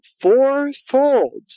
fourfold